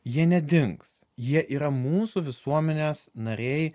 jie nedings jie yra mūsų visuomenės nariai